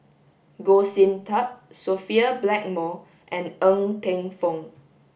Goh Sin Tub Sophia Blackmore and Ng Teng Fong